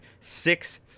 six